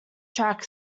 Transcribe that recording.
track